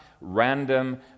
random